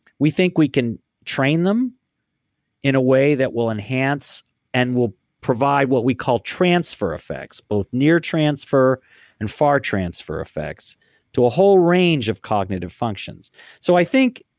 we think we can train them in a way that will enhance and will provide what we call transfer effects, both near transfer and far transfer effects to a whole range of cognitive functions so i think,